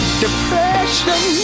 depression